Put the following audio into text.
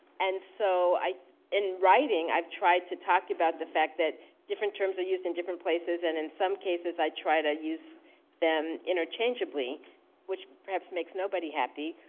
and so in writing i've tried to talk about the fact that different terms are used in different places. and in some cases i try to use them interchangeably which perhaps makes nobody happy.